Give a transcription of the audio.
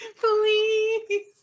Please